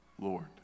Lord